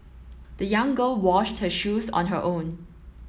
the young girl washed her shoes on her own